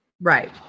right